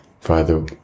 Father